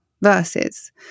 verses